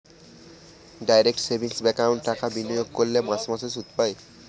direct savings ব্যাঙ্কে টাকা বিনিয়োগ করলে মাসে মাসে সুদ পায়